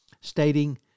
stating